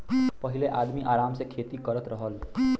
पहिले आदमी आराम से खेती करत रहल